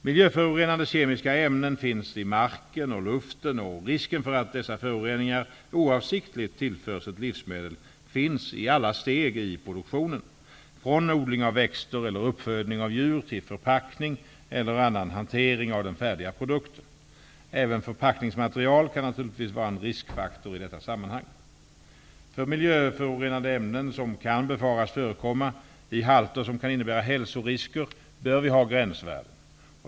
Miljöförorenande kemiska ämnen finns i marken och luften, och risken för att dessa föroreningar oavsiktligt tillförs ett livsmedel finns i alla steg i produktionen, från odling av växter eller uppfödning av djur, till förpackning eller annan hantering av den färdiga produkten. Även förpackningsmaterial kan naturligtvis vara en riskfaktor i detta sammanhang. För miljöförorenande ämnen som kan befaras förekomma i halter som kan innebära hälsorisker bör vi ha gränsvärden.